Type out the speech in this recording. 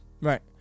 right